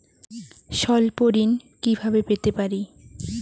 স্বল্প ঋণ কিভাবে পেতে পারি?